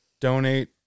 donate